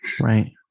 Right